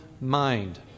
mind